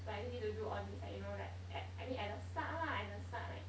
like you need to do all these like you know like I I mean at the start lah as in start like